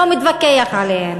לא מתווכח עליהן.